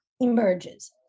emerges